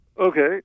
Okay